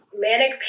Manic